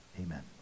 Amen